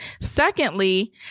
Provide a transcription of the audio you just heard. Secondly